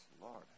Lord